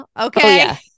Okay